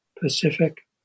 Pacific